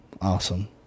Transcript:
awesome